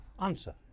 answer